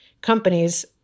companies